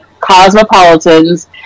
cosmopolitans